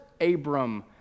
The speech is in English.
Abram